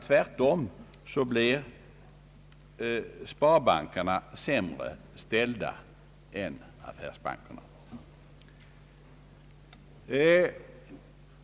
Tvärtom blir sparbankerna sämre ställda än affärsbankerna.